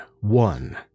one